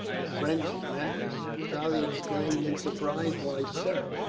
the french in madras! charlie exclaimed in surprise. why, sir,